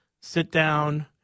sit-down –